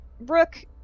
Brooke